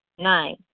Nine